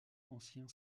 ancien